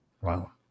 Wow